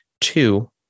Two